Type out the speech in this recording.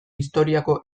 historiako